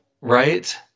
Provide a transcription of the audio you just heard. right